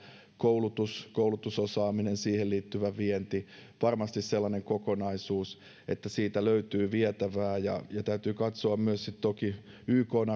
koulutus koulutusosaaminen siihen liittyvä vienti varmasti sellainen kokonaisuus että siitä löytyy vietävää täytyy myös sitten toki katsoa ykn